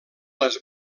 les